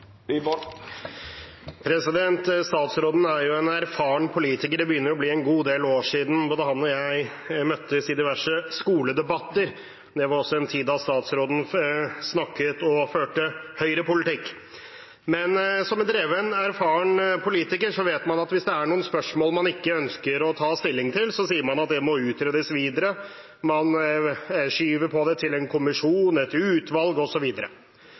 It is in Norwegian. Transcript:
måten. Statsråden er jo en erfaren politiker. Det begynner å bli en god del år siden han og jeg møttes i diverse skoledebatter. Det var også en tid da statsråden snakket og førte Høyre-politikk. Men som en dreven erfaren politiker vet man at hvis det er noen spørsmål man ikke ønsker å ta stilling til, så sier man at det må utredes videre. Man skyver på det til en kommisjon,